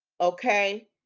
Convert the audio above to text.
okay